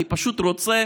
אני פשוט רוצה